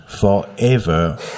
forever